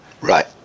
Right